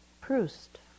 Proust